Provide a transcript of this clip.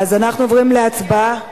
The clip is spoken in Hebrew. אנחנו עוברים להצבעה,